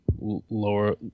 lower